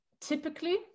typically